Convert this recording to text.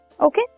Okay